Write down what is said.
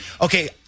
okay